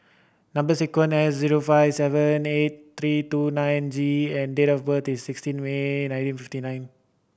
number sequence S zero five seven eight three two nine J and date of birth is sixteen May nineteen fifty nine